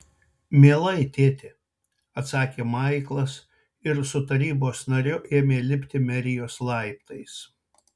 mielai tėti atsakė maiklas ir su tarybos nariu ėmė lipti merijos laiptais